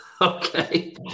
okay